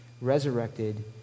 resurrected